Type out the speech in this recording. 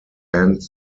end